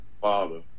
father